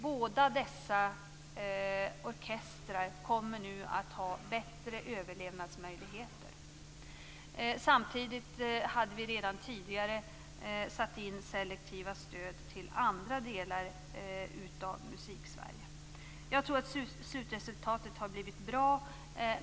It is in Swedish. Båda dessa orkestrar kommer nu att få bättre överlevnadsmöjligheter. Samtidigt hade vi redan tidigare satt in selektiva stöd till andra delar av Musiksverige. Jag tror att slutresultatet har blivit bra.